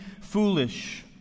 foolish